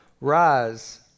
rise